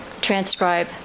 transcribe